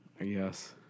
Yes